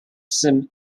some